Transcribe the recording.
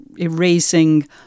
erasing